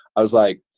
i was like,